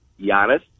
Giannis